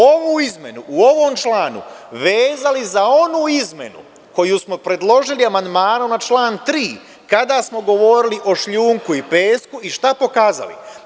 Ovu izmenu u ovom članu vezali za onu izmenu koju smo predložili amandmanom na član 3. kada smo govorili o šljunku i pesku i šta pokazali?